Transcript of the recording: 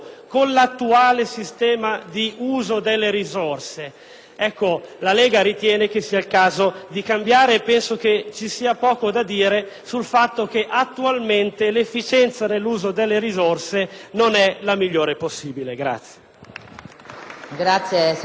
La Lega ritiene che sia il caso di cambiare e penso che ci sia poco da dire sul fatto che attualmente l'efficienza nell'uso delle risorse non è la migliore possibile.